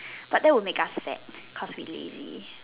but that would make us sad because we lazy